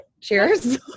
Cheers